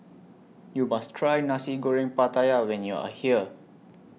YOU must Try Nasi Goreng Pattaya when YOU Are here